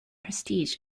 prestige